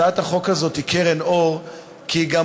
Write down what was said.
הצעת החוק הזאת היא קרן אור כי היא גם